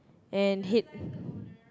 and head